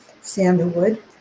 sandalwood